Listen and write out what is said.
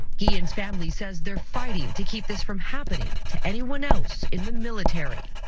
guillen's family says they're fighting to keep this from happening to anyone else in the military.